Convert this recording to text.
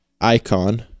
Icon